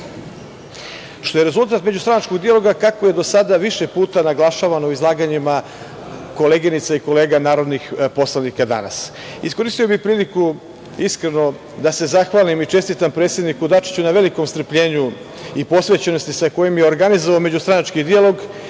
Što je rezultat međustranačkog dijaloga kako je do sada više puta naglašavano u izlaganjima koleginica i kolega narodnih poslanika danas. Iskoristio bih priliku, iskreno da se zahvalim i čestitam predsedniku Dačiću na velikom strpljenju i posvećenosti sa kojima je organizovao međustranački dijalog